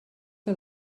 que